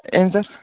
ఏం సార్